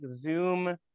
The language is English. Zoom